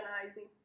organizing